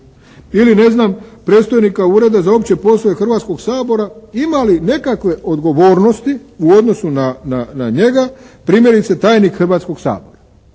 Ili ne znam, predstojnika Ureda za opće poslove Hrvatskog sabora, ima li nekakve odgovornosti u odnosu na njega primjerice tajnik Hrvatskoga sabora?